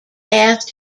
asked